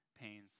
pains